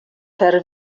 per